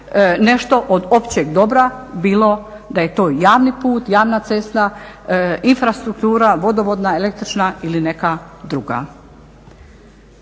nešto od općeg dobra, bilo da je to javni put, javna cesta, infrastruktura, vodovodna, električna ili neka druga.